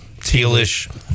tealish